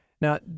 Now